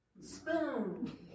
Spoon